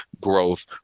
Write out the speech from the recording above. growth